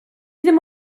ddim